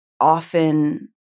often